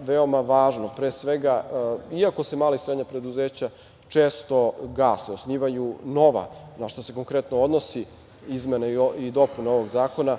veoma važno pre svega iako se mala i srednja preduzeća često gase, osnivaju nova, na šta se konkretno odnose izmene i dopune ovog zakona.